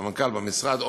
סמנכ"ל במשרד,